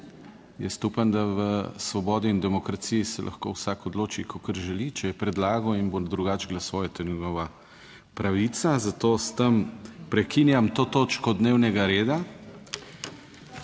Jaz upam, da v svobodi in demokraciji se lahko vsak odloči kakor želi, če je predlagal in bo drugače glasoval, je to njegova pravica, zato s tem prekinjam to točko dnevnega reda.